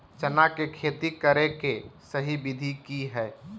चना के खेती करे के सही विधि की हय?